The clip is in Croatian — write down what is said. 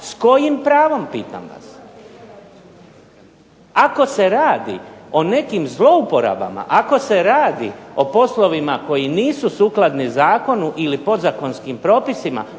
S kojim pravom pitam vas? Ako se radi o nekim zlouporabama, ako se radi o poslovima koji nisu sukladni zakonu ili podzakonskim propisima